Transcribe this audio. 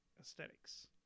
aesthetics